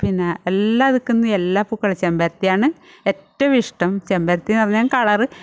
പിന്നെ എല്ലാം നിൽക്കുന്നു എല്ലാം പൂക്കൾ ചെമ്പരത്തി ആണ് ഏറ്റവും ഇഷ്ടം ചെമ്പരത്തിയെന്ന് പറഞ്ഞാൽ കളർ